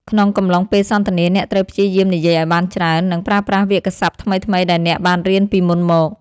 ក្នុងកំឡុងពេលសន្ទនា អ្នកត្រូវព្យាយាមនិយាយឱ្យបានច្រើន និងប្រើប្រាស់វាក្យសព្ទថ្មីៗដែលអ្នកបានរៀនពីមុនមក។